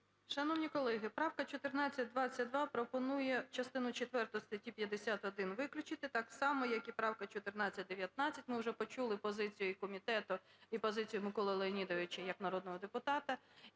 Шановні колеги, правка 1422 пропонує частину четверту статті 51 виключити, так само, як і правка 1419, ми вже почули позицію і комітету, і позицію Миколи Леонідовича як народного депутата.